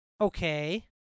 Okay